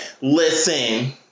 Listen